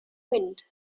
wind